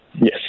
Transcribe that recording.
Yes